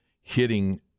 hitting